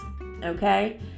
okay